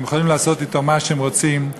והם יכולים לעשות אתו מה שהם רוצים,